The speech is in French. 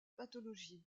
pathologie